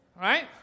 right